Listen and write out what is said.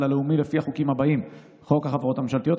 הלאומי לפי החוקים הבאים: 1. חוק החברות הממשלתיות,